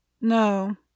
No